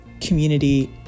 community